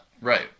Right